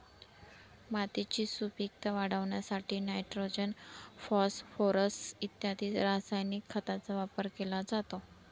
मातीची सुपीकता वाढवण्यासाठी नायट्रोजन, फॉस्फोरस इत्यादी रासायनिक खतांचा वापर केला जातो